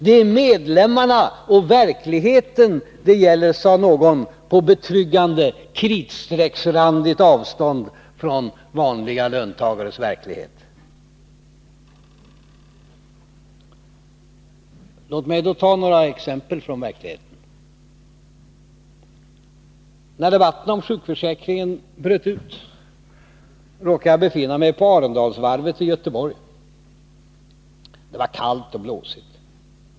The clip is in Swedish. Det är medlemmarna och verkligheten det gäller, sade någon på betryggande kritstrecksrandigt avstånd från vanliga löntagares verklighet. Låt mig då ta några exempel från verkligheten. När debatten om sjukförsäkringen bröt ut råkade jag befinna mig på Arendalsvarvet i Göteborg. Det var kallt och blåsigt.